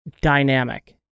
dynamic